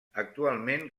actualment